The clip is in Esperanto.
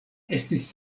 estis